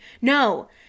no